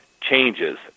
changes